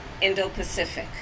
Indo-Pacific